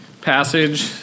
passage